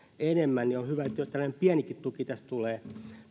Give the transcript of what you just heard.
enemmän ja on hyvä että tällainen pienikin tuki tästä tulee